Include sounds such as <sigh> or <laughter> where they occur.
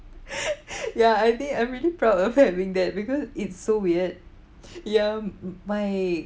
<laughs> ya I think I'm really proud of having that because it's so weird ya <laughs> m~ my